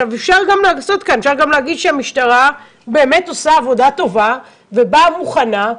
אפשר גם להגיד שהמשטרה באמת עושה עבודה טובה ובאה מוכנה,